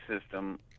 system